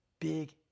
big